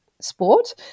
sport